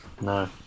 No